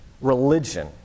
religion